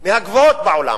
מהגבוהות בעולם,